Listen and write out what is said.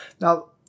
Now